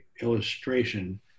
illustration